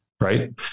right